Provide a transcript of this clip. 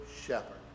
shepherd